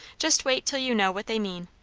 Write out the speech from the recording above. just wait till you know what they mean.